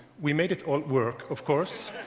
we made it all work, of course,